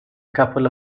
couple